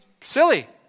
silly